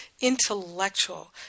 intellectual